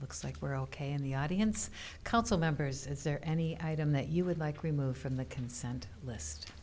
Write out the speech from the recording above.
looks like we're ok in the audience council members is there any item that you would like remove from the consent list